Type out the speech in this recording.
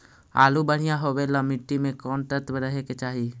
आलु बढ़िया होबे ल मट्टी में कोन तत्त्व रहे के चाही?